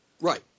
Right